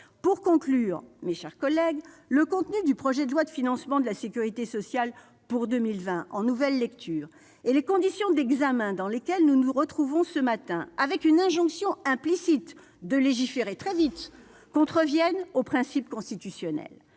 taux zéro. Mes chers collègues, le contenu du projet de loi de financement de la sécurité sociale pour 2020 dont nous discutons en nouvelle lecture et les conditions d'examen dans lesquelles nous nous retrouvons ce matin, avec une injonction implicite de légiférer très vite, contreviennent aux principes constitutionnels.